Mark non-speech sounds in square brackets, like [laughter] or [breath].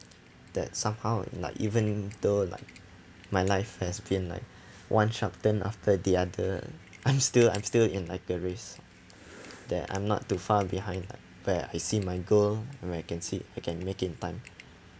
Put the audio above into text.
that somehow like even though like my life has been like one sharp turn after the other I'm [laughs] still I'm still in like a race [breath] that I'm not too far behind like where I see my goal where I can see I can make it in time